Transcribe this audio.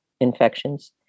infections